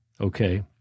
Okay